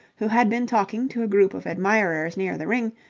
who had been talking to a group of admirers near the ring,